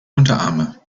unterarme